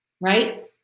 right